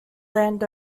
land